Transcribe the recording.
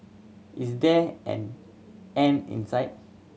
is there an end in sight